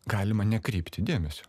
galima nekreipti dėmesio